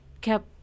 kept